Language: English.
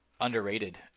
underrated